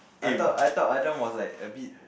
I thought I thought Adam was like a bit